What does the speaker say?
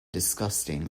disgusting